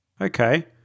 Okay